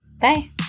Bye